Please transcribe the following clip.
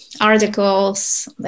articles